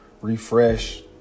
refresh